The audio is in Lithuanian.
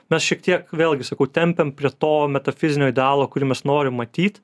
mes šiek tiek vėlgi sakau tempiam prie to metafizinio idealo kurį mes norim matyt